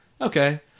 Okay